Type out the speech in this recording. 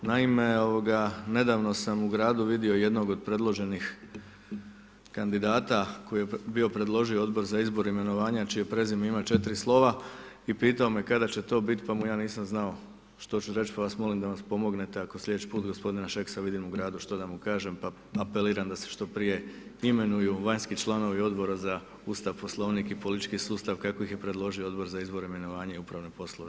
Naime, nedavno sam u gradu vidio jednog od predloženih kandidata koji je bio predložio Odboru za imenovanje čije prezime ima 4 slova i pitao me kada će to biti pa mu ja nisam znao što ću reći pa vas molim da nam pomognete ako slijedeći put gospodina Šeksa vidim u gradu što da mu kažem, pa apeliram da se što prije imenuju vanjski članovi Odbora za Ustav, Poslovnik i politički sustav kako i je predložio Odbor za izbor, imenovanje i upravne poslove.